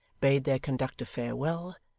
bade their conductor farewell,